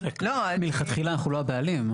מלכתחילה אנחנו לא הבעלים.